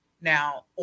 Now